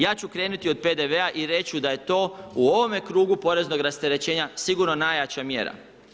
Ja ću krenuti od PDV i reći ću da je to u ovome krugu poreznog rasterećenja sigurno najjača mjera.